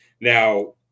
Now